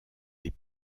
des